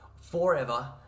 forever